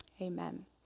amen